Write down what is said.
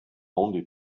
only